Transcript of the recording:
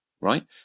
right